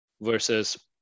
versus